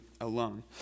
alone